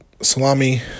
salami